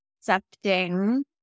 accepting